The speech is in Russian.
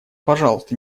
пожалуйста